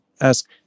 ask